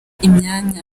imyanya